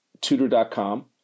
Tutor.com